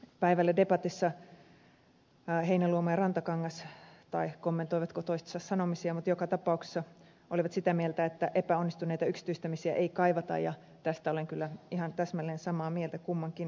päivällä debatissa edustajat heinäluoma ja rantakangas kommentoivatko toistensa sanomisia mutta joka tapauksessa olivat sitä mieltä että epäonnistuneita yksityistämisiä ei kaivata ja tästä olen kyllä ihan täsmälleen samaa mieltä kummankin herran kanssa